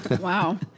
Wow